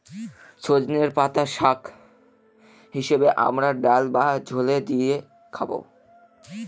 সজনের পাতা শাক হিসেবে আমরা ডাল বা ঝোলে দিয়ে খাবো